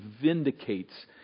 vindicates